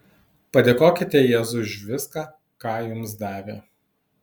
padėkokite jėzui už viską ką jums davė